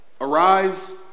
Arise